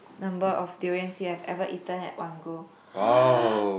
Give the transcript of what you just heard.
number of durians you have ever eaten at one go